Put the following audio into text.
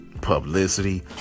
publicity